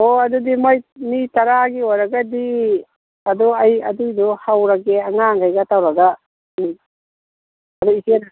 ꯑꯣ ꯑꯗꯨꯗꯤ ꯃꯣꯏ ꯃꯤ ꯇꯔꯥꯒꯤ ꯑꯣꯏꯔꯒꯗꯤ ꯑꯗꯣ ꯑꯩ ꯑꯗꯨꯒꯤꯗꯣ ꯍꯧꯔꯒꯦ ꯑꯉꯥꯡꯈꯩꯒ ꯇꯧꯔꯒ ꯎꯝ ꯑꯗꯣ ꯏꯆꯦꯅ